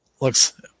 looks